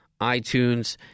iTunes